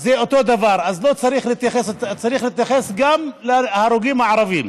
זה אותו דבר, אז צריך להתייחס גם להרוגים הערבים.